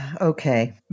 Okay